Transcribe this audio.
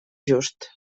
just